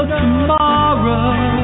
tomorrow